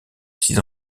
six